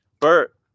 Bert